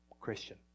Christian